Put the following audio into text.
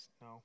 No